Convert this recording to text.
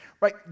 Right